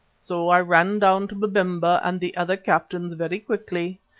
so i ran down to babemba and the other captains very quickly,